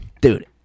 dude